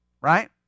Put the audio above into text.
Right